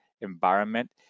environment